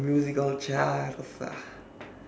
musical chairs ah